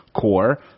core